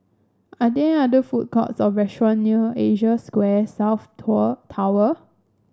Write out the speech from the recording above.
are there other food courts or restaurant near Asia Square South Tall Tower